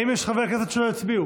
בעד האם יש חברי כנסת שלא הצביעו?